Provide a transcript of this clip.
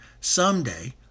someday